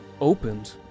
opened